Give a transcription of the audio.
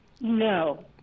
No